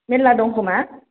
मेरला दं खोमा